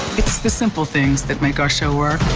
it's the simple things that make our show work.